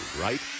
right